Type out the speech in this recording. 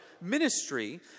ministry